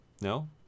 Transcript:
No